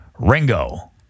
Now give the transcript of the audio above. Ringo